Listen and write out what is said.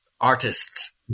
artists